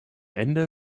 ende